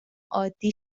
عادی